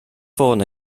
ffôn